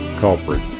culprit